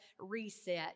reset